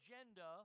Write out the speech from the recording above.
agenda